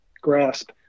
grasp